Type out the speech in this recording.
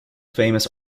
famous